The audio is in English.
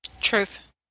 Truth